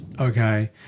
Okay